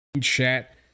chat